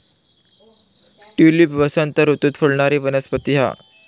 tulip वसंत ऋतूत फुलणारी वनस्पती हा